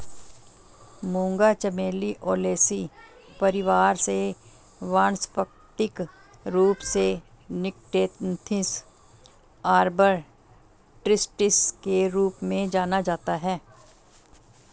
मूंगा चमेली ओलेसी परिवार से वानस्पतिक रूप से निक्टेन्थिस आर्बर ट्रिस्टिस के रूप में जाना जाता है